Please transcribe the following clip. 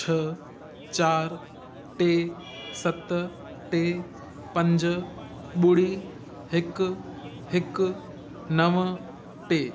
छह चारि टे सत टे पंज ॿुड़ी हिकु हिकु नव टे